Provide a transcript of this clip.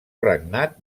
regnat